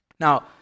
Now